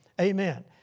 Amen